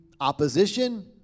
opposition